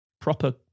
proper